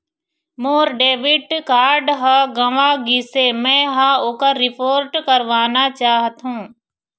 मोर debit card ह गंवा गिसे, मै ह ओकर रिपोर्ट करवाना चाहथों